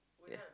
ya